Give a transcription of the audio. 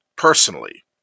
Personally